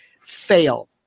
fail